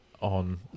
On